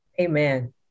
Amen